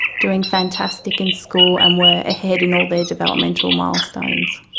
doing fantastic in school and were ahead in all their developmental milestones.